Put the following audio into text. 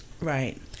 Right